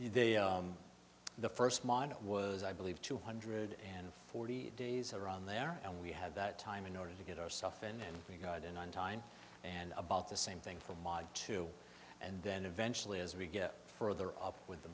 one the first model was i believe two hundred and forty days around there and we had that time in order to get our stuff and then we got in on time and about the same thing from odd too and then eventually as we get further up with the